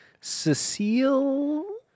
Cecile